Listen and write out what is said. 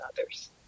others